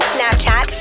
Snapchat